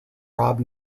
robb